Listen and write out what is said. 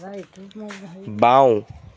বাওঁ